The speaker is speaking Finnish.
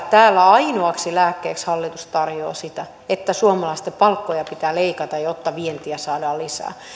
täällä ainoaksi lääkkeeksi hallitus tarjoaa sitä että suomalaisten palkkoja pitää leikata jotta vientiä saadaan lisää